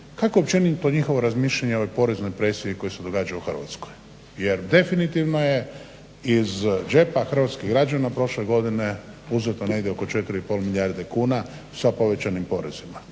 kakvo je općenito njihovo mišljenje o poreznoj presiji koja se događa u Hrvatskoj. Jer definitivno je iz džepa hrvatskih građana prošle godine uzeto negdje oko 4,5 milijarde kuna sa povećanim porezima.